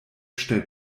stellt